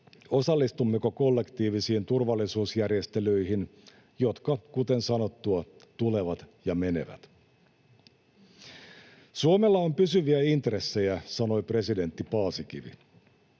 osallistummeko kollektiivisiin turvallisuusjärjestelyihin, jotka, kuten sanottua, tulevat ja menevät. Suomella on pysyviä intressejä, sanoi presidentti Paasikivi.